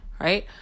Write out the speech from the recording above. Right